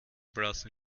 blassen